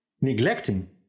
neglecting